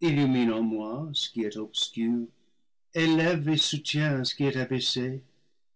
moi ce qui est obscur élève et soutiens ce qui est abaissé